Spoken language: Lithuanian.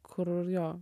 kur jo